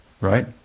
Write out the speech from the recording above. right